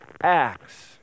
acts